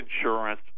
insurance